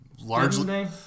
largely